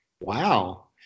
Wow